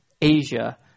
Asia